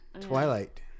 Twilight